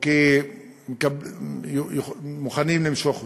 או שהיינו מוכנים למשוך אותן,